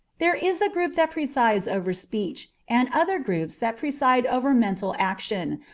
there is a group that presides over speech, and other groups that preside over mental action,